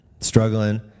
struggling